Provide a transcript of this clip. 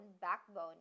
backbone